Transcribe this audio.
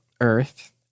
earth